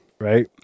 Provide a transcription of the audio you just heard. Right